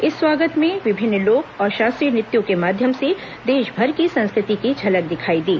इस स्वागत में विभिन्न लोक और शास्त्रीय नृत्यों के माध्यम से देशभर की संस्कृति की झलक दिखाई दी